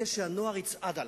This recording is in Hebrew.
שהנוער יצעד עליו.